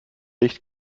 licht